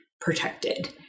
protected